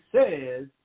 says